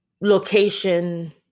location